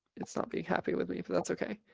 it's not being happy with me, but that's okay.